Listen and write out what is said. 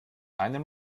einen